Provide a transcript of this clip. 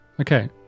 okay